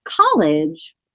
college